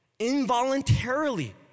Involuntarily